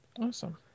Awesome